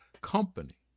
company